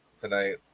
tonight